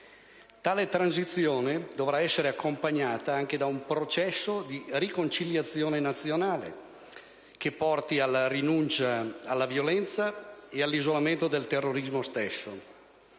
Tale transizione dovrà essere accompagnata anche da un processo di riconciliazione nazionale, che porti alla rinuncia alla violenza e all'isolamento del terrorismo stesso.